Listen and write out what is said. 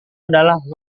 adalah